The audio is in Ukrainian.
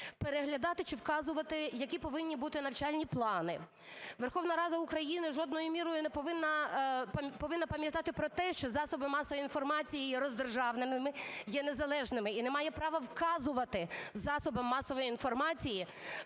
переглядати чи вказувати, які повинні бути навчальні плани. Верховна Рада України повинна пам'ятати про те, що засоби масової інформації є роздержавленими, є незалежними і не має права вказувати засобам масової інформації,